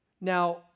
Now